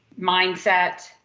mindset